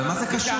אבל מה זה קשור?